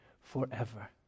forever